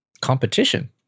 competition